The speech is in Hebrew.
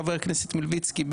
חבר כנסת מלביצקי,